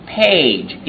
page